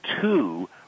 two